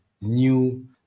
new